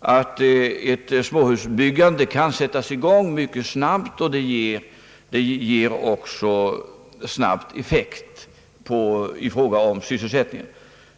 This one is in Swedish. att ett småhusbyggande kan sättas i gång mycket snabbt och även ge snabb effekt på sysselsättningen.